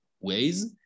ways